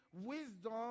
wisdom